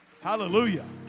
Hallelujah